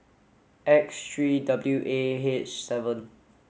X three W A H seven